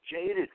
jaded